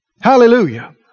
Hallelujah